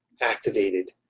activated